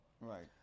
Right